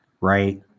right